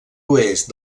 oest